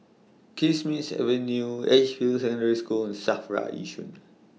Kismis Avenue Edgefield Secondary School SAFRA Yishun